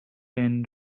end